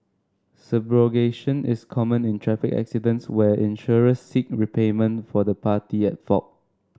subrogation is common in traffic accidents where insurers seek repayment for the party at fault